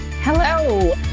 Hello